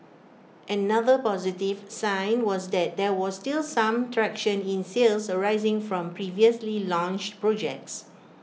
another positive sign was that there was still some traction in sales arising from previously launched projects